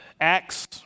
Acts